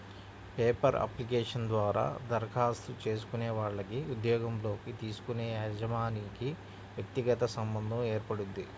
paper application ద్వారా దరఖాస్తు చేసుకునే వాళ్లకి ఉద్యోగంలోకి తీసుకునే యజమానికి వ్యక్తిగత సంబంధం ఏర్పడుద్ది